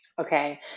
Okay